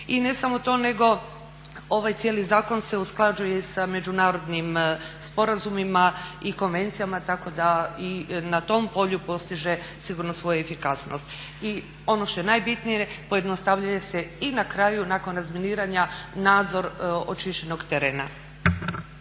I ne samo to, nego ovaj cijeli zakon se usklađuje i sa međunarodnim sporazumima i konvencijama, tako da i na tom polju postiže sigurno svoju efikasnost. I ono što je najbitnije pojednostavnjuje se i na kraju nakon razminiranja nadzor očišćenog terena.